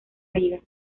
liga